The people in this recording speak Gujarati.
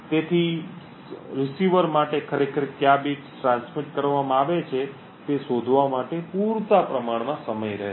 તેથી પ્રાપ્તકર્તા માટે ખરેખર ક્યા બિટ્સ ટ્રાન્સમિટ કરવામાં આવે છે તે શોધવા માટે પૂરતા પ્રમાણમાં સમય રહેશે